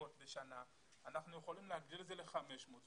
זוגות בשנה, אנחנו יכולים להגדיל את זה ל-500.